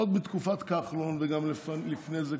עוד בתקופת כחלון וגם לפני זה,